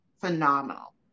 phenomenal